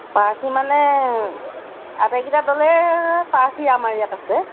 প্ৰাৰ্থী মানে আটাইকেইটা দলেই প্ৰাৰ্থী আমাৰ ইয়াত আছে